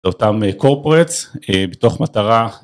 לאותם קורפרטס בתוך מטרה.